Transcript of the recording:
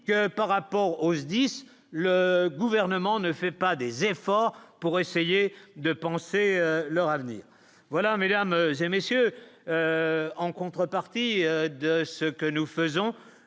que, par rapport au hausse 10 le gouvernement ne fait pas des efforts pour essayer de penser à leur avenir, voilà, Mesdames et messieurs, en contrepartie de ce que nous faisons,